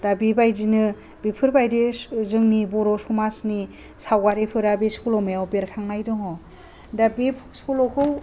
दा बेबायदिनो बेफोरबायदि स' जोंनि बर' समाजनि सावगारिफोरा बे सल'मायाव बेरखांनाय दङ दा बे सल'खौ